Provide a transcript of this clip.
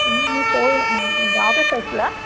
গাঁৱতে চাইছিলা